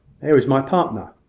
there is my partner!